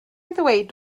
ddweud